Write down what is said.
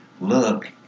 look